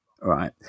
right